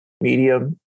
medium